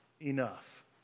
enough